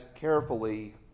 carefully